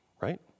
Right